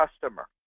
customer